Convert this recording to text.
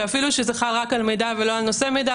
שאפילו שזה חל רק על מידע ולא על נושאי מידע,